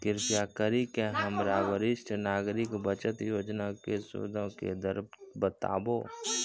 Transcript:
कृपा करि के हमरा वरिष्ठ नागरिक बचत योजना के सूदो के दर बताबो